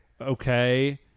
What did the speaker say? Okay